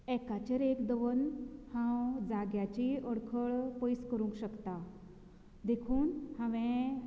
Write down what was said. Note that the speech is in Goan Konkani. एकाचेर एक दवरून हांव जाग्याची अडखळ पयस करूंक शकता देखून हांवें